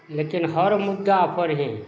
लेकिन हर मुद्दा पर ही